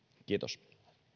kiitos